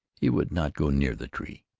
he would not go near the tree,